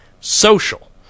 Social